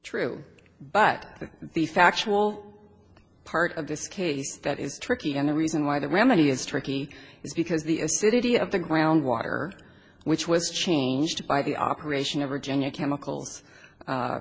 true but the factual part of this case that is tricky and the reason why the remedy is tricky is because the acidity of the groundwater which was changed by the operation ever genya chemicals